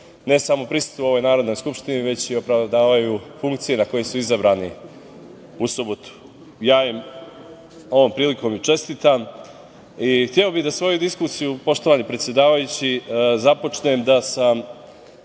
ne samo prisustvo u ovoj Narodnoj skupštini, već opravdavaju funkcije na koje su izabrani u subotu. Ja im ovom prilikom i čestitam i hteo bih da svoju diskusiju, poštovani predsedavajući, započnem da sam